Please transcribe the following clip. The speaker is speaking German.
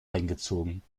eingezogen